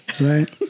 Right